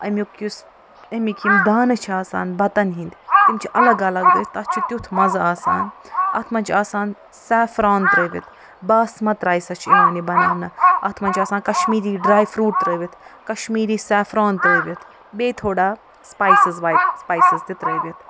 اَمیک یُس اَمِکۍ یِم دانہٕ چھِ آسان بتن ہِنٛدۍ تِم چھِ الگ الگ تَتھ چھُ تیُتھ مزٕ آسان اتھ منٛز چھُ آسان سیفران ترٛٲوِتھ باسمت رایسَس چھُ یِوان یہِ بناونہٕ اتھ منٛز چھُ آسان کشمیری ڈرٛاے فرٛوٗٹ ترٲوِتھ کشمیری سیفران ترٛٲوِتھ بیٚیہِ تھوڑا سٕپایسٕز وٕپایسٕز تہِ ترٛٲوِتھ